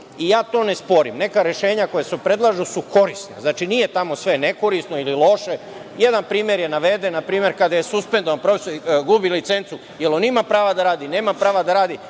i ja to ne sporim. Neka rešenja koja se predlažu su korisna, znači nije tamo sve nekorisno ili loše. Jedan primer je naveden, npr. kada je suspendovan, profesor gubi licencu. Je li on ima prava da radi, nema prava da radi,